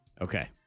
Okay